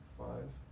five